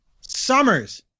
Summers